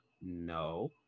no